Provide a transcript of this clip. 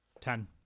Ten